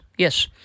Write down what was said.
Yes